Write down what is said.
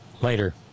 Later